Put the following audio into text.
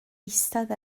eistedd